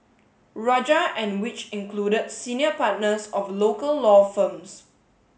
rajah and which included senior partners of local law firms